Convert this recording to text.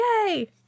Yay